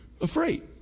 afraid